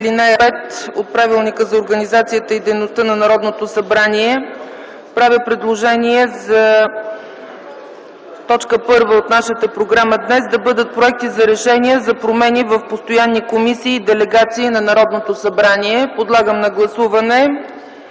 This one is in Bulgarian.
43, ал. 5 от Правилника за организацията и дейността на Народното събрание правя предложение за т. 1 от нашата програма днес да бъдат проекти за решения за промени в постоянни комисии и делегации на Народното събрание. Подлагам на гласуване